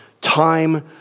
time